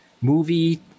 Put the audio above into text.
movie